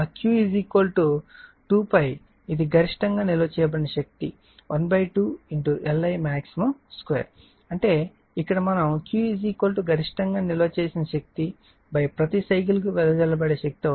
కాబట్టి ఆ Q 2 pi ఇది గరిష్టంగా నిల్వ చేయబడిన శక్తి ½ L I max 2 అంటే ఇక్కడ మనం Q గరిష్టంగా నిల్వ చేసిన శక్తి ప్రతి సైకిల్ కు వెదజల్లబడే శక్తి అవుతుంది